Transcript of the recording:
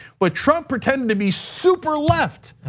but trump pretend to be super left.